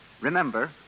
Remember